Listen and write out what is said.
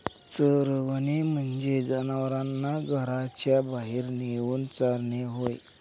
चरवणे म्हणजे जनावरांना घराच्या बाहेर नेऊन चारणे होय